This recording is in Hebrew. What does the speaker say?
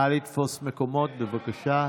נא לתפוס מקומות, בבקשה.